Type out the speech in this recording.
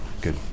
good